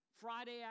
Friday